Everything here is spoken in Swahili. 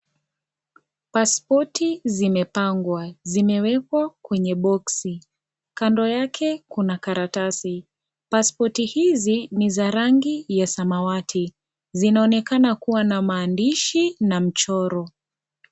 Paspoti zimepangwa, zimewekwa kwenye(CS) boxi(CS) Kando yake kuna karatasi, paspoti hizi ni za rangi ya samawati, vinaonekana kuwa na maandishi na mchoro.